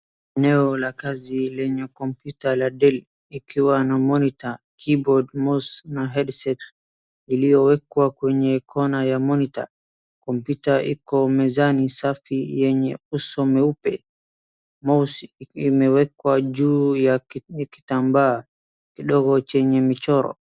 Eneo la kazi lenye computer la Dell , ikiwa na monitor, keyboard, mouse na headset . Iliyowekwa kwenye corner cs] ya monitor. Computer iko mezani safi yenye uso mweupe. Mouse imewekwa juu ya kile kitambaa kidogo chenye michoro.